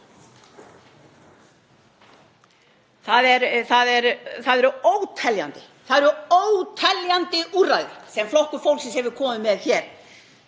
Það eru óteljandi úrræði sem Flokkur fólksins hefur komið með